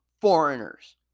foreigners